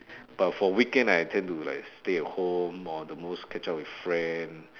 but for weekend I tend to like stay at home or the most catch up with friend